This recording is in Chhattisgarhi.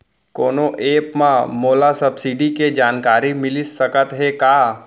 कोनो एप मा मोला सब्सिडी के जानकारी मिलिस सकत हे का?